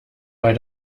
bei